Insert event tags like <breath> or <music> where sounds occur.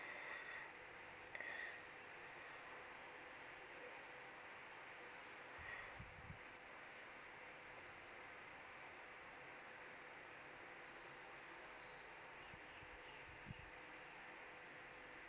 <breath>